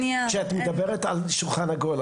כשאת מדברת על שולחן עגול,